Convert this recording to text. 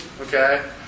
okay